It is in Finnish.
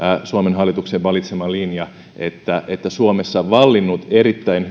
suomen hallituksen valitsema linja että että suomessa vallinneessa erittäin